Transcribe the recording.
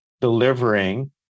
delivering